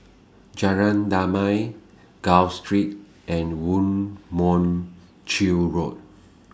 Jalan Damai Gul Street and Woo Mon Chew Road